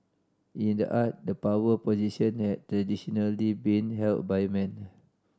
in the art the power position have traditionally been held by men